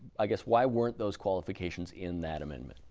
i guess, why weren't those qualifications in that amendment?